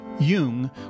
Jung